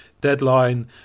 deadline